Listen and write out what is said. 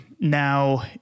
Now